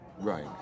Right